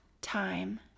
time